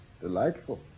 Delightful